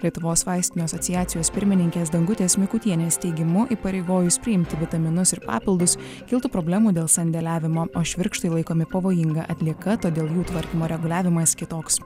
lietuvos vaistinių asociacijos pirmininkės dangutės mikutienės teigimu įpareigojus priimti vitaminus ir papildus kiltų problemų dėl sandėliavimo o švirkštai laikomi pavojinga atlieka todėl jų tvarkymo reguliavimas kitoks